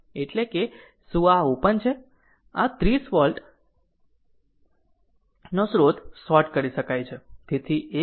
એટલે કે શું આ ઓપન છે આ 30 વોલ્ટ નો સ્રોત શોર્ટ કરી શકાય છે